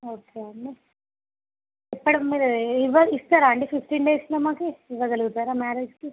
okay అండి ఇప్పుడు మీరు ఇస్తారా అండి ఫిఫ్టీన్ డేస్లో మాకు ఇవ్వగలుగుతారా మ్యారేజ్కు